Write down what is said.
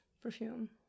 perfume